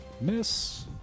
Miss